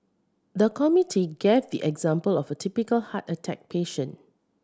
the committee gave the example of a typical heart attack patient